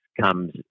comes